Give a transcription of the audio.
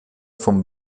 vom